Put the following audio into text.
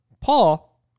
paul